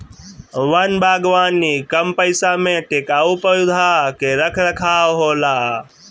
वन बागवानी कम पइसा में टिकाऊ पौधा के रख रखाव होला